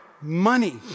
money